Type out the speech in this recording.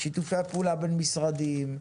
שיתופי הפעולה בין משרדים,